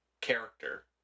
character